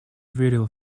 верил